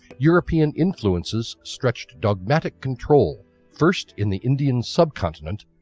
european influences stretched dogmatic control first in the indian subcontinent,